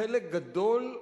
חלק גדול,